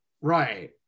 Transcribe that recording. right